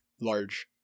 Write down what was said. large